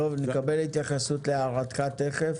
נקבל התייחסות להערתך תכף.